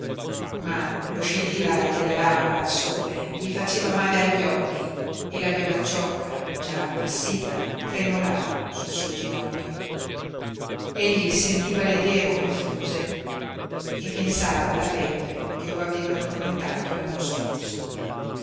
ma lo scintillare della lama al sole gli faceva male agli occhi e la violacciocca già appassita tremolava sul suo ginocchio egli sentiva le idee confuse e pensava alla febbre che lo aveva tormentato l'anno scorso